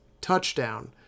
touchdown